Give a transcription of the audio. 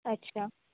আচ্ছা